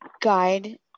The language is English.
guide